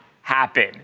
happen